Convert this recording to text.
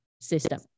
system